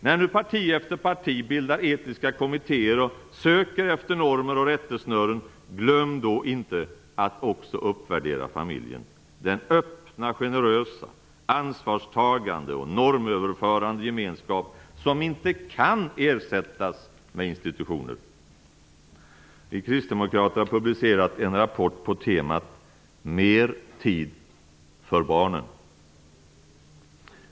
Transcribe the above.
När nu parti efter parti bildar etiska kommittéer och söker efter normer och rättesnören, glöm då inte att också uppvärdera familjen, den öppna generösa, ansvarstagande och normöverförande gemenskap som inte kan ersättas med institutioner. Vi kristdemokrater har publicerat en rapport på temat Mer tid för barnen.